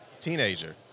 teenager